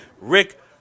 Rick